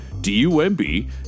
d-u-m-b